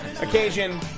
occasion